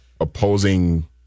opposing